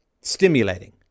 stimulating